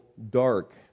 Dark